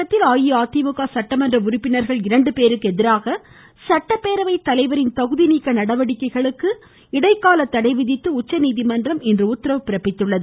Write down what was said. தமிழகத்தில் அஇஅதிமுக சட்டமன்ற உறுப்பினர்கள் இரண்டு பேருக்கு எதிராக சட்டப்பேரவை தலைவரின் தகுதிநீக்க நடவடிக்கைகளுக்கு இடைக்கால தடை விதித்து உச்சநீதிமன்றம் இன்று உத்தரவு பிறப்பித்துள்ளது